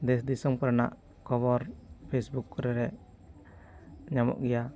ᱫᱮᱥ ᱫᱤᱥᱚᱢ ᱠᱚᱨᱮᱱᱟᱜ ᱠᱷᱚᱵᱚᱨ ᱯᱷᱮᱥᱵᱩᱠ ᱠᱚᱨᱮᱫ ᱧᱟᱢᱚᱜ ᱜᱮᱭᱟ